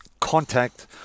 contact